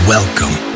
Welcome